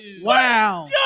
Wow